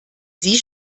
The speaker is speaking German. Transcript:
sie